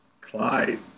Clyde